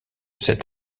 cet